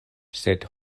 sed